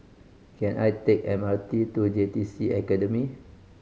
can I take M R T to J T C Academy